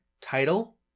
title